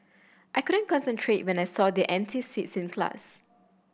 I couldn't concentrate when I saw their empty seats in class